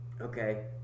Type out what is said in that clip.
Okay